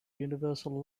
universal